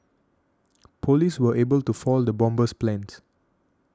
police were able to foil the bomber's plans